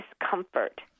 discomfort